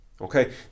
Okay